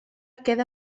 queda